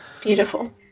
Beautiful